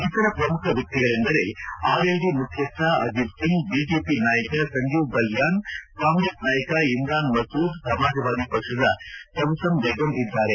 ಇತರ ಪ್ರಮುಖ ವ್ಯಕ್ತಿಗಳೆಂದರೆ ಆರ್ಎಲ್ಡಿ ಮುಖ್ಯಸ್ಥ ಅಜಿತ್ ಸಿಂಗ್ ಬಿಜೆಪಿ ನಾಯಕ ಸಂಜೀವ್ ಬಲ್ಯಾನ್ ಕಾಂಗ್ರೆಸ್ ನಾಯಕ ಇಮ್ರಾನ್ ಮಸೂದ್ ಸಮಾಜವಾದಿ ಪಕ್ಷದ ತಬುಸಮ್ ಬೇಗಂ ಇದ್ದಾರೆ